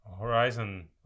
horizon